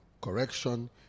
correction